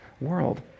world